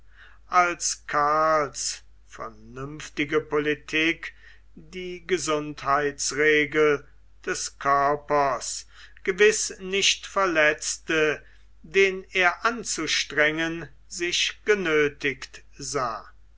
als karls vernünftige politik die gesundheitsregel des körpers gewiß nicht verletzte den er anzustrengen sich genöthigt sah